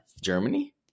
Germany